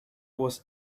was